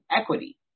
equity